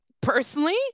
personally